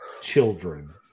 children